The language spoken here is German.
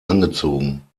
angezogen